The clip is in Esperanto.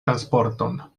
transporton